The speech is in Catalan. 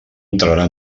entrarà